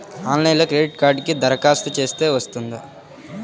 ఆన్లైన్లో క్రెడిట్ కార్డ్కి దరఖాస్తు చేస్తే వస్తుందా?